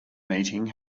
meeting